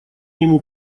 нему